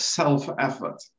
self-effort